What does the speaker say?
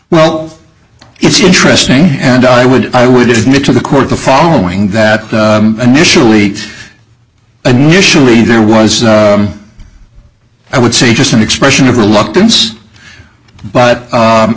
well it's interesting and i would i would admit to the court the following that initially i mean usually there was i would say just an expression of reluctance but